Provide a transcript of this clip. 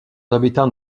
habitants